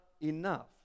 enough